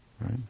right